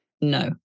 no